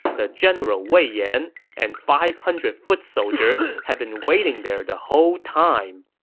the general wei yan and five hundred foot soldiers had been waiting there the whole time.